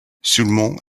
seulement